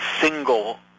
single